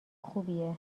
خوبیه